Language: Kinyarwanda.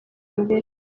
mbere